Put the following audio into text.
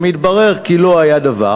וכשמתברר כי לא היה דבר,